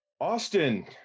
Austin